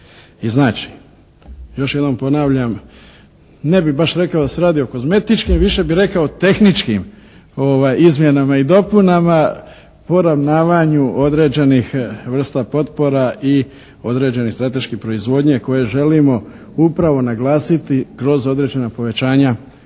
I znači, još jednom ponavljam. Ne bih baš rekao da se radi o kozmetičkim, više bih rekao tehničkim izmjenama i dopunama, poravnavanju određenih vrsta potpora i određene strateške proizvodnje koje želimo upravo naglasiti kroz određena povećanja potpora.